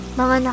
mga